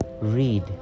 read